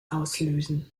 auslösen